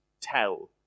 tell